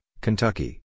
Kentucky